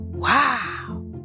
Wow